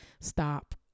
stop